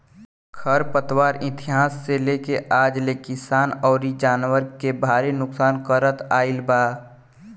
खर पतवार इतिहास से लेके आज ले किसान अउरी जानवर के भारी नुकसान करत आईल बा